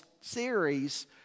Series